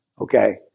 Okay